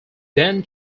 then